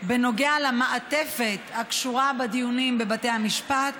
בנוגע למעטפת הקשורה בדיונים בבתי המשפט